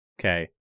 Okay